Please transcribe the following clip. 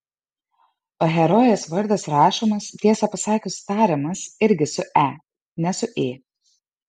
o herojės vardas rašomas tiesą pasakius tariamas irgi su e ne su ė